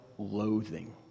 loathing